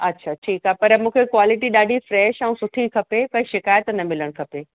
अच्छा ठीकु आहे पर मुखे क्वॉलिटी ॾाढी फ़्रैश ऐं सुठी खपे काई शिकाइत न मिलणु खपे